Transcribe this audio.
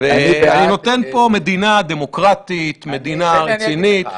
אני נותן פה מדינה דמוקרטית, מדינה רצינית.